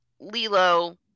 Lilo